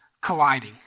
colliding